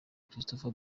christopher